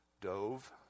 dove